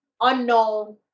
unknown